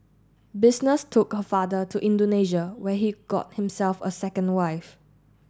business took her father to Indonesia where he got himself a second wife